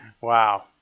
Wow